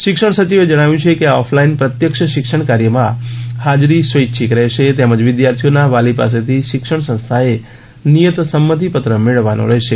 શિક્ષણ સચિવે જણાવ્યું કે આ ઓફલાઈન પ્રત્યક્ષ શિક્ષણ કાર્યમાં હાજરી સ્વૈચ્છિક રહેશે તેમજ વિદ્યાર્થીઓના વાલી પાસેથી શિક્ષણ સંસ્થાએ નિયત સંમતિપત્ર મેળવવાનો રહેશે